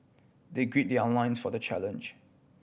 they gird their loins for the challenge